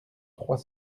trois